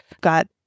got